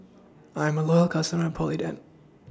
I'm A Loyal customer Polident